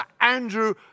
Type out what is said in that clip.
Andrew